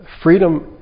Freedom